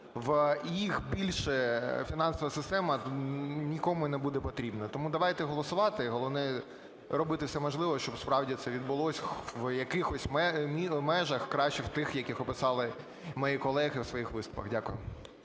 і їх більше фінансова система нікому не буде потрібна. Тому давайте голосувати і головне робити все можливе, щоб справді це відбулось в якихось межах, краще в тих, в яких описали мої колеги в своїх виступах. Дякую.